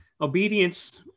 Obedience